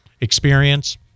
experience